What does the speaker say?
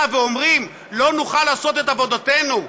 ואומרים: לא נוכל לעשות את עבודתנו.